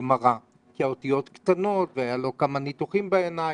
הגמרא כי האותיות קטנות והוא עבר כמה ניתוחים בעיניים,